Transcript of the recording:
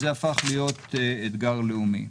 זה הפך להיות אתגר לאומי.